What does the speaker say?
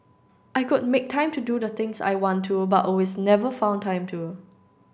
I could make time to do the things I want to but always never found time to